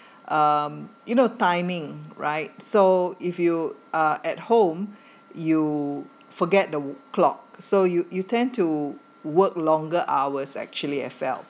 um you know timing right so if you are at home you forget the clock so you you tend to work longer hours actually I felt